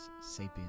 sapiens